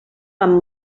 amb